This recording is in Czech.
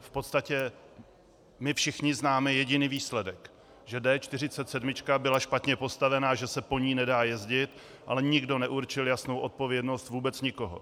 V podstatě my všichni známe jediný výsledek, že D47 byla špatně postavena, že se po ní nedá jezdit, ale nikdo neurčil jasnou odpovědnost vůbec nikoho.